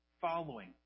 following